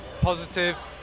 positive